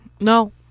No